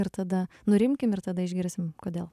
ir tada nurimkim ir tada išgirsim kodėl